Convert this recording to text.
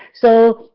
so,